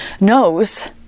knows